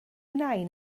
nain